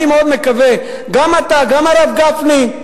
אני מאוד מקווה, גם אתה, גם הרב גפני,